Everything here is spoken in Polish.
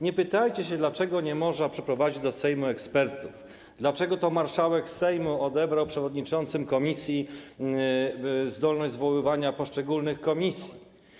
Nie pytajcie się, dlaczego nie można przyprowadzić do Sejmu ekspertów, dlaczego to marszałek Sejmu odebrał przewodniczącym komisji zdolność zwoływania posiedzeń poszczególnych komisji.